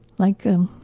like a